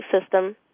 system